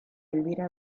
elvira